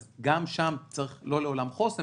אז גם שם לא לעולם חוסן,